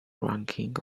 ranking